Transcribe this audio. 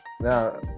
Now